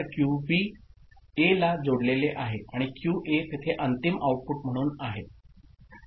तर क्यूबी एला जोडलेले आहे आणि क्यूए तेथे अंतिम आउटपुट म्हणून आहे